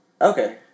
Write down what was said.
Okay